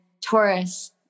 Taurus